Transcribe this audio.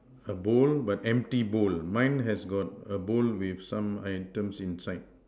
a bowl but empty bowl mine has got a bowl with some items inside